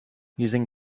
using